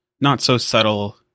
not-so-subtle